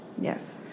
yes